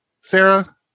Sarah